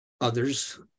Others